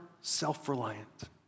self-reliant